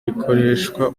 rikoreshwa